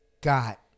got